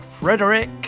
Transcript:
Frederick